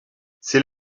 c’est